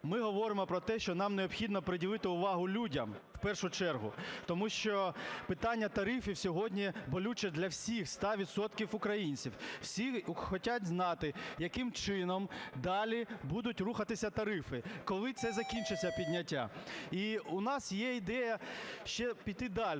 Ми говоримо про те, що нам необхідно приділити увагу людям в першу чергу, тому що питання тарифів сьогодні болюче для всіх 100 відсотків українців. Всі хочуть знати, яким чином далі будуть рухатися тарифи, коли це закінчиться підняття. І у нас є ідея ще піти далі.